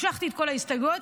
משכתי את כל ההסתייגויות,